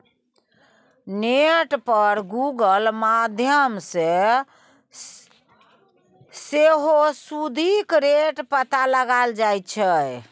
net पर Google माध्यमसँ सेहो सुदिक रेट पता लगाए सकै छी